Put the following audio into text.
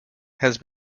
has